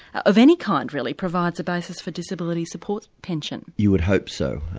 of any kind really, provides a basis for disability support pension. you would hope so.